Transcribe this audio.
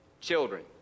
children